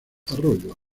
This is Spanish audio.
arroyos